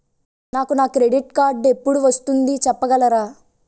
నాకు నా credit card ఎపుడు వస్తుంది చెప్పగలరా?